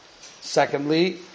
secondly